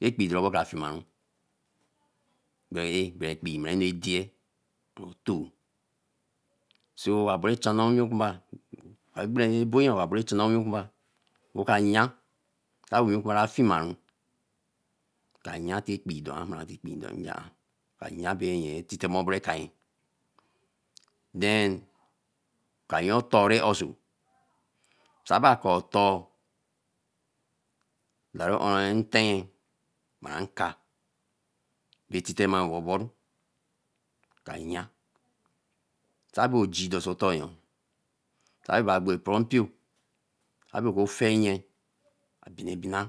ekpo dorobo kai fimaru davée be ekpi bei ne dãe oton so ka ko we chamcia cod e bari bwiokamba agbere abo nyo bài chũ cũng au ka wo ocoiokumba owlokumba to ka nya fimaru ka nya fée elapi doa mara ekpi do njeãa ka nyaabe nye etite emo aye then, ka ye do re aoso sa bo ke laro oo ntien baã nikaa betite nwamo oboru kãa nya sa bo ojo do so oto nyo kai be boro epo mpio abe ko fei nye abinebina.